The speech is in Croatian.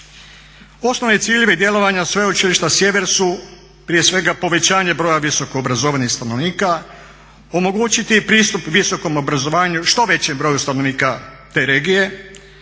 Osnovni ciljevi djelovanja Sveučilišta Sjever su prije svega povećanje broja visoko obrazovanih stanovnika, omogućiti pristup visokom obrazovanju što većem broju stanovnika te regije